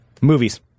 Movies